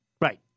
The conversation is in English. Right